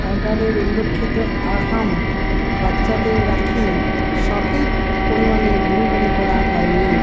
অর্ডারে উল্লিখিত আরহাম বাচ্চাদের রাখি সঠিক পরিমাণে ডেলিভারি করা হয়নি